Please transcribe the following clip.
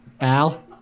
Al